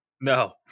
No